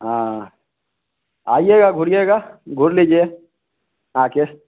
हाँ आइएगा घूमिएगा घूम लीजिए आके